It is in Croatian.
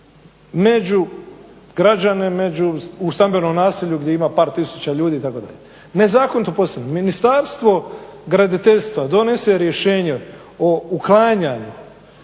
među građane, u stambenom naselju gdje ima par tisuća ljudi, itd. Nezakonito postavljeni. Ministarstvo graditeljstva donese rješenje o uklanjanju